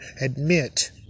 admit